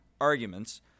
arguments